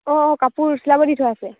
অঁ অঁ কাপোৰ চিলাব দি থৈ আছে